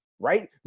right